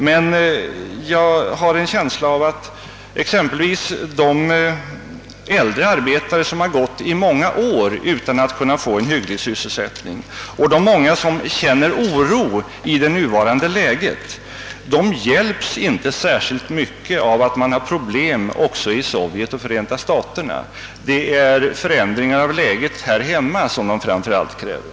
Men jag har en känsla av att exempelvis de äldre arbetare, som under många år inte kunnat få hygglig sysselsättning, och de många som känner oro i nuvarande läge inte hjälps särskilt mycket av att det finns problem också i t.ex. Sovjet och Förenta staterna. Det är en förändring av läget här hemma som de framför allt kräver.